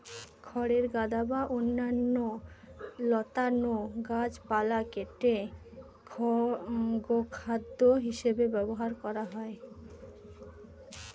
খড়ের গাদা বা অন্যান্য লতানো গাছপালা কেটে গোখাদ্য হিসাবে ব্যবহার করা হয়